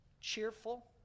cheerful